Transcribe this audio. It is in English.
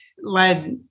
led